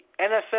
NFL